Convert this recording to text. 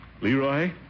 Leroy